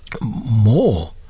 more